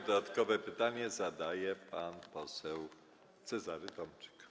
Dodatkowe pytanie zada pan poseł Cezary Tomczyk.